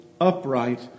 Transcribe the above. upright